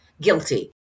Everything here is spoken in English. guilty